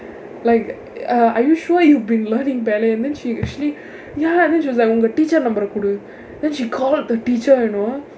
like uh are you sure you've been learning ballet then she actually ya and then she was like உங்க:unga teacher number eh கொடு:kodu then she call up the teacher you know